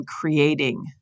creating